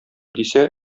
дисә